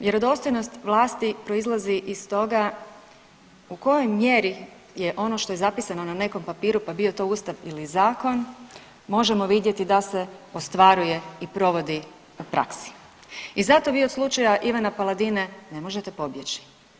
Vjerodostojnost vlasti proizlazi i iz toga u kojoj mjeri je ono što je zapisano na nekom papiru, pa bio to Ustav ili zakon možemo vidjeti da se ostvaruje i provodi u praksi i zato vi od slučaja Ivana Paladine ne možete pobjeći.